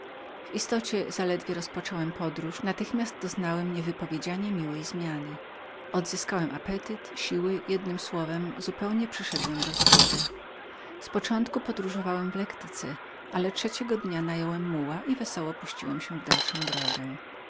w istocie zaledwie rozpocząłem podróż natychmiast doznałem niewypowiedzianie miłej zmiany odzyskałem apetyt siły jednem słowem zupełnie przyszedłem do zdrowia z początku podróżowałem w lektyce ale trzeciego dnia nająłem muła i wesoło puściłem się w dalszą drogę